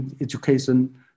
education